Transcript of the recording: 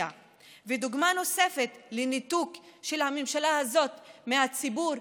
ודוגמה נוספת לניתוק של הממשלה הזאת מהציבור,